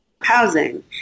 housing